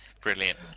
Brilliant